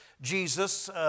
Jesus